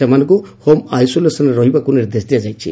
ସେମାନଙ୍କୁ ହୋମ୍ ଆଇସୋଲେଟେଡ୍ରେ ରହିବାକୁ ନିର୍ଦ୍ଦେଶ ଦିଆଯାଇଛି